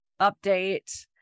update